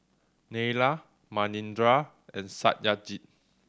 Neila Manindra and Satyajit